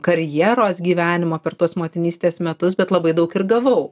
karjeros gyvenimo per tuos motinystės metus bet labai daug ir gavau